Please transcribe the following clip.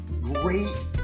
great